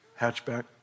hatchback